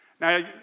Now